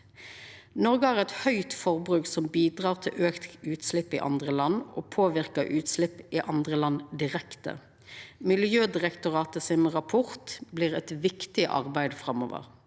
Noreg har eit høgt forbruk, som bidreg til auka utslepp i andre land og påverkar utslepp i andre land direkte. Miljødirektoratets rapport blir eit viktig arbeid framover.